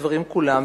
לדברים כולם.